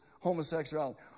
homosexuality